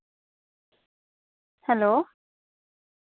hello